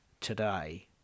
today